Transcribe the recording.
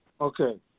Okay